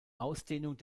ausdehnung